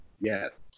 Yes